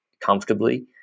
comfortably